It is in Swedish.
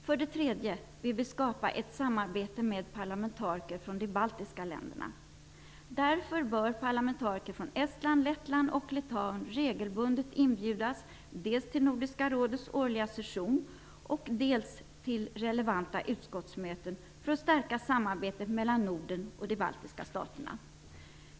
För det tredje vill vi skapa ett samarbete med parlamentariker från de baltiska länderna. Därför bör parlamentariker från Estland, Lettland och Litauen regelbundet inbjudas dels till Nordiska rådets årliga session, dels till relevanta utskottsmöten för att stärka samarbetet mellan Norden och de baltiska staterna.